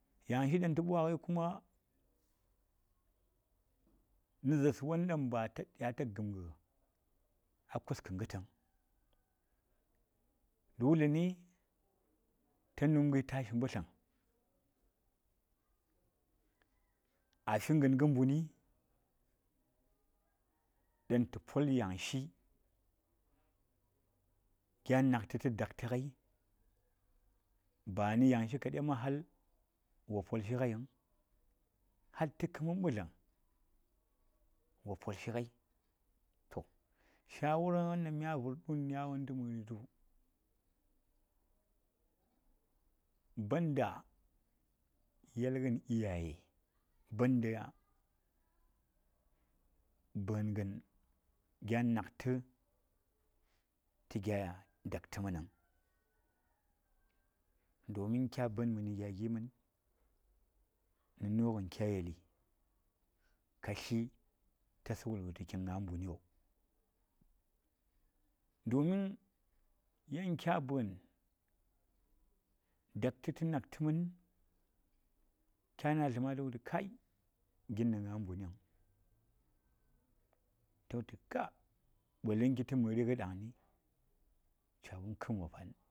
Yangshi ɗan tə bwagəi kuma, nə zarsa wanɗan ba ta nya ta gəmgə a kuskə gən vung dole ne ta numgəi tashi ɓatləm a fi gəngə mbuni ɗan tə pol yangshi gya naktə tə daktə gai ba nə yangshi kade vung ma har wo polshi gai vung har tə mən bətləm wa polshi gai, to ɗan mya vir ɗan yan chitu, banda yelgən iyaye banda bəngən gya naktə tə gya daktə mən vung domin kya bəən məni gya gi mən nənu gən kya yeli ka tlyi wa tlan wulgə tu ki ni ngah mbuniyo? domin yan kya bəən daktə tə naktə mən, kya na tlə ma wultu kai gin nə ngah mbuni vung, ta wultu ka ɓələnki tə məri dəngəni cha wum kəm wopaan